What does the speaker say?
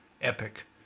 Epic